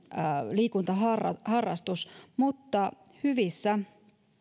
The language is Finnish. liikuntaharrastus mutta hyvissä